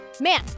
Man